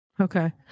Okay